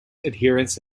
adherence